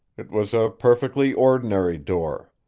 it was a perfectly ordinary door.